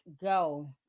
go